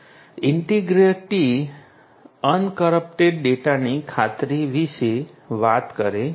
integrity uncorrupted ડેટાની ખાતરી વિશે વાત કરે છે